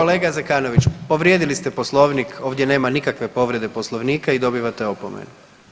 Kolega Zekanović, povrijedili ste poslovnik ovdje nema nikakve povrede poslovnika i dobivate opomenu.